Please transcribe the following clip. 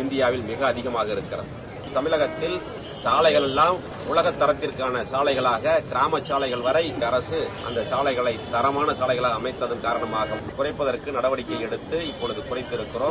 இந்திபாவில் மிக அதிகமாக இருக்கின்றது தமிழகத்தில் சாலைகள் எல்லாம் உலக தாத்திற்கான சாலைகளாக கிராமச்சாலைகள் இந்த அரசு அந்த சாலைகளை தரமான சாலைகளாக அமைத்தகன் காரணமாக விபத்தகளை குறைப்பதற்கான நடவடிக்கை எடுத்து விபத்துக்களை குறைத்துள்ளோம்